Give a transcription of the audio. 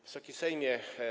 Wysoki Sejmie!